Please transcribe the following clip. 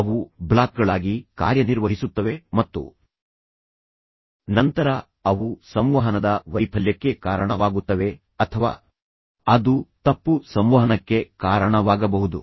ಅವು ಬ್ಲಾಕ್ಗಳಾಗಿ ಕಾರ್ಯನಿರ್ವಹಿಸುತ್ತವೆ ಮತ್ತು ನಂತರ ಅವು ಸಂವಹನದ ವೈಫಲ್ಯಕ್ಕೆ ಕಾರಣವಾಗುತ್ತವೆ ಅಥವಾ ಅದು ತಪ್ಪು ಸಂವಹನಕ್ಕೆ ಕಾರಣವಾಗಬಹುದು